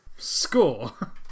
score